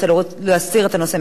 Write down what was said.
אנחנו עוברים להצבעה.